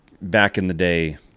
back-in-the-day